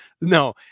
No